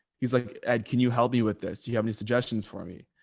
he's like, and can you help me with this? do you have any suggestions for me?